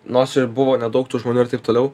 nors ir buvo nedaug tų žmonių irtap toliau